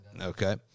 Okay